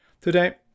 Today